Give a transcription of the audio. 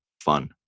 fun